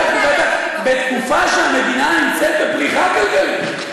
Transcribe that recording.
בתקופה שבה המדינה נמצאת בפריחה כלכלית,